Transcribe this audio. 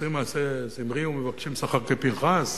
עושים מעשה זמרי ומבקשים שכר כפנחס.